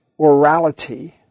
orality